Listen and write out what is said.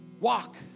walk